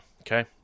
Okay